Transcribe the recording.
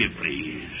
please